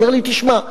הוא אומר לי: תשמע,